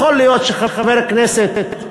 יכול להיות שחבר כנסת,